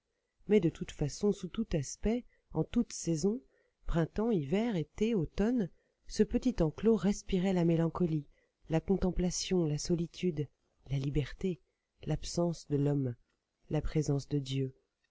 mais de toute façon sous tout aspect en toute saison printemps hiver été automne ce petit enclos respirait la mélancolie la contemplation la solitude la liberté l'absence de l'homme la présence de dieu